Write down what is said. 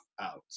out